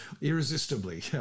irresistibly